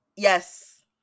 Yes